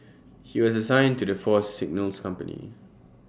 he was assigned to the Force's signals company